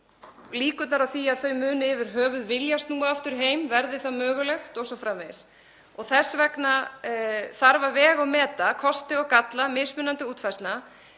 líkurnar eru á því að þau muni yfir höfuð vilja snúa aftur heim verði það mögulegt o.s.frv. Þess vegna þarf að vega og meta kosti og galla mismunandi útfærslna,